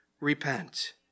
repent